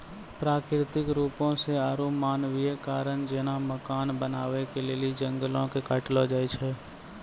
प्राकृतिक रुपो से आरु मानवीय कारण जेना मकान बनाबै के लेली जंगलो के काटलो जाय छै